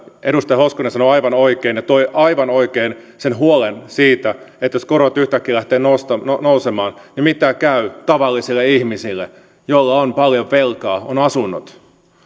edustaja hoskonen sanoi aivan oikein ja toi aivan oikein sen huolen siitä että jos korot yhtäkkiä lähtevät nousemaan nousemaan niin miten käy tavallisille ihmisille joilla on paljon velkaa joilla on asunnot